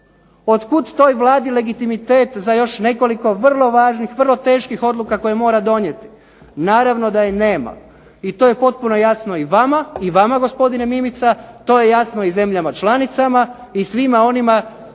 Otkud toj Vladi legitimitet za još nekoliko vrlo važnih, vrlo teških odluka koje mora donijeti? Naravno da je nema. I to je potpuno jasno i vama, i vama gospodine Mimica, to je jasno i zemljama članicama, i svima onima